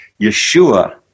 Yeshua